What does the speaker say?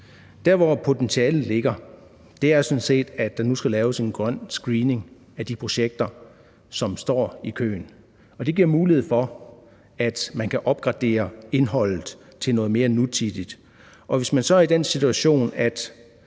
Der, hvor potentialet ligger, er sådan set, at der nu skal laves en grøn screening af de projekter, som står i køen, og det giver mulighed for, at man kan opgradere indholdet til noget mere nutidigt. Hvis man så er i den situation,